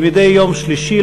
כמדי יום שלישי,